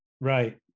right